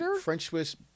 French-Swiss